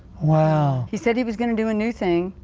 wow. he said he was going to do a new thing.